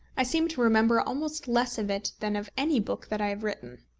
i seem to remember almost less of it than of any book that i have written.